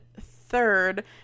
third